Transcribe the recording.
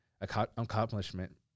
Accomplishment